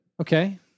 Okay